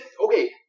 okay